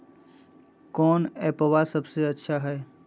कौन एप्पबा सबसे अच्छा हय?